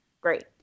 Great